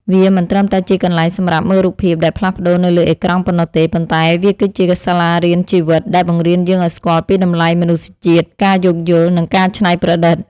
វាមិនត្រឹមតែជាកន្លែងសម្រាប់មើលរូបភាពដែលផ្លាស់ប្តូរនៅលើអេក្រង់ប៉ុណ្ណោះទេ ប៉ុន្តែវាគឺជា សាលារៀនជីវិត ដែលបង្រៀនយើងឱ្យស្គាល់ពីតម្លៃមនុស្សជាតិ ការយោគយល់ និងការច្នៃប្រឌិត។